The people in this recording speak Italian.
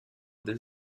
del